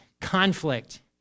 conflict